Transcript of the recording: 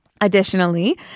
Additionally